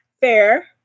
Fair